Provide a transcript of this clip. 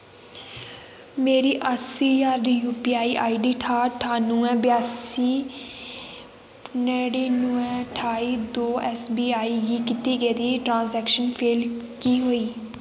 मेरी अस्सी ज्हार दी यूपीआई आईडी ठाह्ठ ठानुऐं ब्यासी नड़िनुऐं ठाई दो एसबीआई गी कीती गेदी ट्रांजैक्शन फेल की होई